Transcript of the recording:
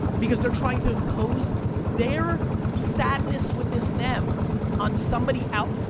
because they're trying to impose their sadness within them on somebody out.